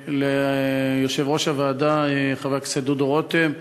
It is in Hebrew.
ליושב-ראש הוועדה, חבר הכנסת דודו רותם,